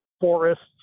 forests